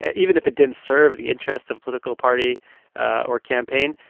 and even if it didn't serve the interests of political party or campaign,